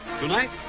Tonight